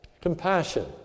compassion